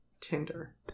Tinder